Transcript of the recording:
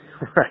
Right